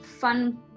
fun